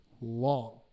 long